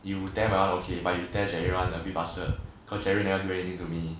you tear my one okay but you tear jerry a bit bastard because jerry never do anything to me